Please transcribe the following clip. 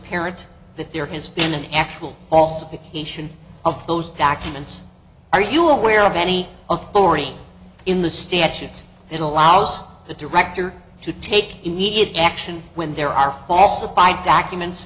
apparent that there has been an actual occasion of those documents are you aware of any authority in the statutes it allows the director to take immediate action when there are falsified documents